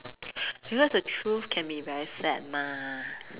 because the truth can be very sad mah